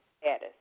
status